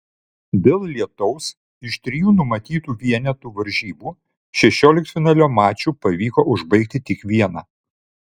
dėl lietaus iš trijų numatytų vienetų varžybų šešioliktfinalio mačų pavyko užbaigti tik vieną